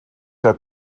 der